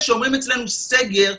כשאומרים אצלנו סגר,